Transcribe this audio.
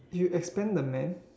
you expand the man